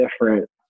different